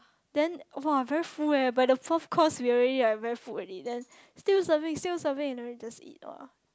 then !wah! very full eh by the fourth course we already like very full already then still serving still serving then just eat !wah!